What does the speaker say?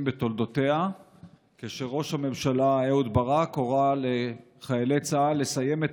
בתולדותיה כאשר ראש הממשלה אהוד ברק הורה לחיילי צה"ל לסיים את